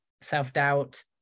self-doubt